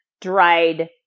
dried